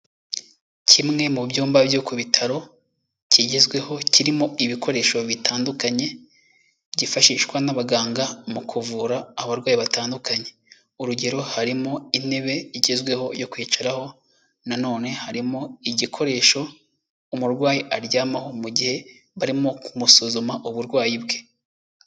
Kimwe mu byumba byo ku bitaro kigezweho kirimo ibikoresho bitandukanye byifashishwa n'abaganga mu kuvura abarwayi batandukanye, urugero harimo intebe igezweho yo kwicaraho, nanone harimo igikoresho umurwayi aryamaho mu gihe barimo kumusuzuma uburwayi bwe.